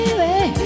baby